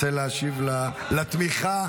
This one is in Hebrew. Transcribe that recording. רוצה להשיב על התמיכה?